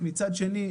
מצד שני,